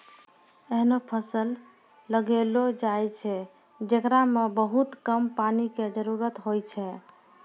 ऐहनो फसल लगैलो जाय छै, जेकरा मॅ बहुत कम पानी के जरूरत होय छै